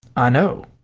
i know.